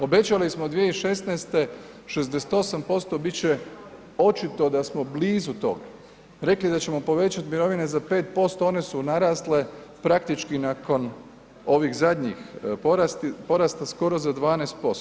Obećali smo 2016. 68%, bit će očito da smo blizu toga, rekli da ćemo povećati mirovine za 5%, one su narasle praktički nakon ovih zadnjih porasta skoro za 12%